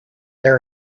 there